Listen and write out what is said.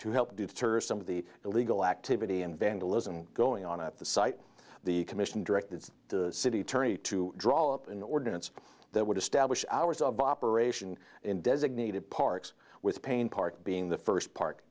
to help deter some of the illegal activity and vandalism going on at the site the commission directed the city attorney to draw up an ordinance that would establish hours of operation in designated parks with payne park being the first par